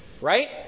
Right